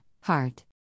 heart